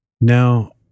Now